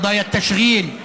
סוגיית החינוך,